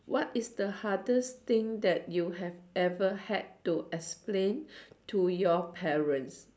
what is the hardest thing that you have ever had to explain to your parents